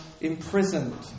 imprisoned